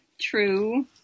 true